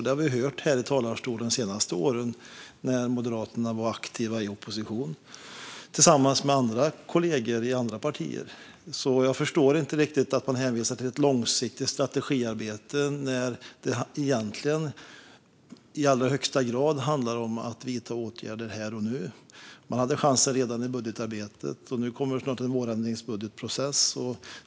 Det har vi hört de senaste åren här i talarstolen när Moderaterna var aktiva i opposition tillsammans med andra kollegor i andra partier. Därför förstår jag inte riktigt att man hänvisar till ett långsiktigt strategiarbete när det egentligen i allra högsta grad handlar om att vidta åtgärder här och nu. Man hade chansen redan i budgetarbetet, och snart kommer en vårändringsbudgetprocess.